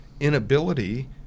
inability